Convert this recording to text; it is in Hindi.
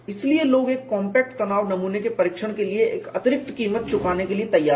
इसलिए लोग एक कॉम्पैक्ट तनाव नमूने के परीक्षण के लिए एक अतिरिक्त कीमत चुकाने के लिए तैयार हैं